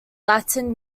latin